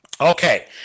Okay